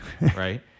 right